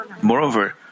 moreover